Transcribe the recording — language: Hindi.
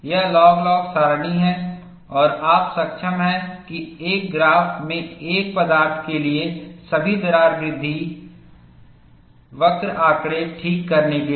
यह लॉग लॉग सारणी है और आप सक्षम हैं एक ही ग्राफ में एक पदार्थ के लिए सभी दरार वृद्धि वक्र आंकड़े ठीक करने के लिए